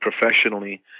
professionally